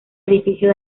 edificio